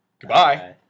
Goodbye